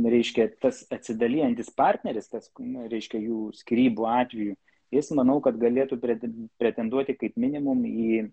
reiškia tas atsidalijantis partneris tas reiškia jų skyrybų atveju jis manau kad galėtų preten pretenduoti kaip minimum į